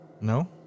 No